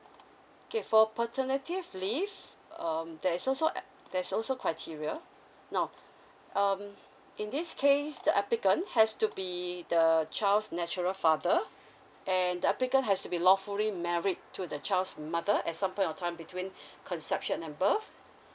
okay for paternity leave um there is also there is also criteria now um in this case the applicant has to be the child's natural father and the applicant has to be lawfully marriage to the child's mother at some point of time between conception and birth